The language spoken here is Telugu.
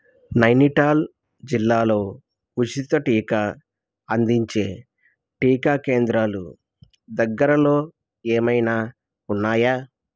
నైనిటాల్ జిల్లాలో ఉచిత టీకా అందించే టీకా కేంద్రాలు దగ్గరలో ఏమైనా ఉన్నాయా